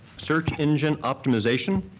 search engine optimization,